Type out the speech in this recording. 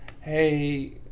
hey